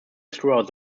throughout